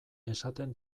esaten